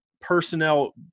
personnel